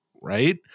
Right